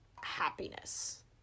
happiness